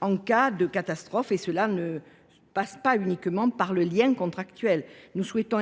en cas de catastrophe naturelle ; cela ne passe pas uniquement par le lien contractuel. Nous souhaitons